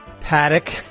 Paddock